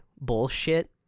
bullshit